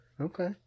okay